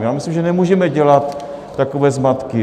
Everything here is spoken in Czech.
Já myslím, že nemůžeme dělat takové zmatky.